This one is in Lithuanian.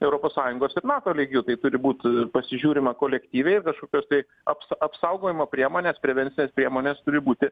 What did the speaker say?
europos sąjungos ir nato lygiu tai turi būt pasižiūrima kolektyviai ir kažkokios tai aps apsaugojimo priemonės prevencinės priemonės turi būti